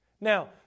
Now